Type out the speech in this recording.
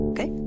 Okay